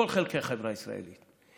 כל חלקי החברה הישראלית.